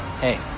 hey